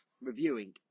Reviewing